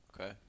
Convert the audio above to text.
Okay